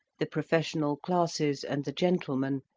the professional classes and the gentlemen,